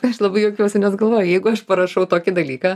aš labai juokiausi nes galvoju jeigu aš parašau tokį dalyką